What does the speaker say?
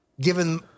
given